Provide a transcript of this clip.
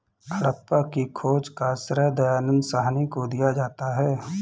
हड़प्पा की खोज का श्रेय दयानन्द साहनी को दिया जाता है